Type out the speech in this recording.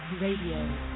Radio